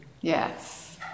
yes